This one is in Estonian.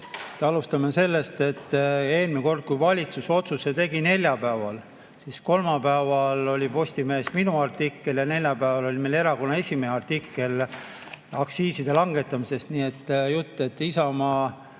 Alustame sellest, et eelmine kord, kui valitsus otsuse tegi neljapäeval, siis kolmapäeval oli Postimehes minu artikkel ja neljapäeval oli meil erakonna esimehe artikkel aktsiiside langetamisest. Nii et see jutt, et Isamaa